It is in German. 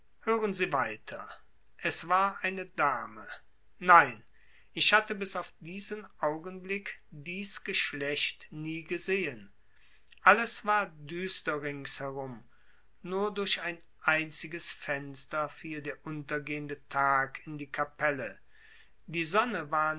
hören sie weiter es war eine dame nein ich hatte bis auf diesen augenblick dies geschlecht nie gesehen alles war düster ringsherum nur durch ein einziges fenster fiel der untergehende tag in die kapelle die sonne war